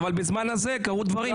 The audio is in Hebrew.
מה יותר ראוי מזה?